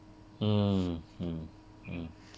mm mm mm